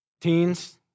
Teens